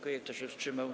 Kto się wstrzymał?